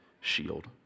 shield